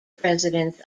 presidents